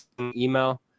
email